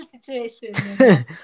situation